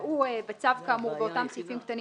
"נקבעו בצו כאמור באותם סעיפים קטנים